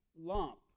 lump